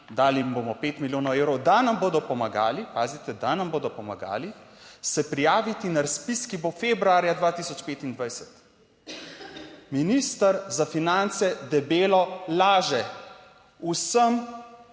da nam bodo pomagali se prijaviti na razpis, ki bo februarja 2025. Minister za finance debelo laže vsem